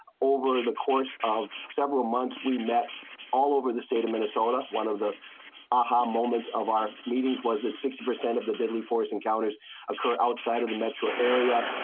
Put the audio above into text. over the course of several months we met all over the state of minnesota one of the aha moments of our meetings was that sixty percent of the deadly force encounters occur outside of the metro area.